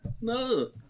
No